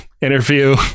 interview